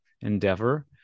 endeavor